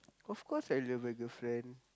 of course I love my girlfriend